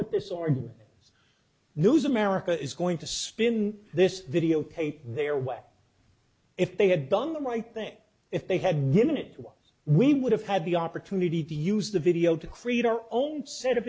with this or so news america is going to spin this videotape their way if they had done the right thing if they had given it we would have had the opportunity to use the video to create our own set of